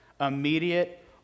Immediate